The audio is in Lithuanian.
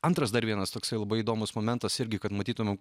antras dar vienas toksai labai įdomus momentas irgi kad matytumėm